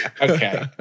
Okay